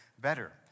better